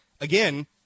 again